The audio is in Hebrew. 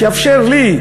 שיאפשר לי,